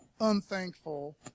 unthankful